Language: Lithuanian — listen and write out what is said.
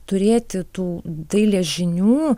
turėti tų dailės žinių